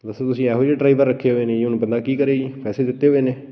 ਦੱਸੋ ਤੁਸੀਂ ਇਹੋ ਜਿਹੇ ਡਰਾਈਵਰ ਰੱਖੇ ਹੋਏ ਨੇ ਹੁਣ ਬੰਦਾ ਕੀ ਕਰੇ ਜੀ ਪੈਸੇ ਦਿੱਤੇ ਹੋਏ ਨੇ